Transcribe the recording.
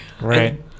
Right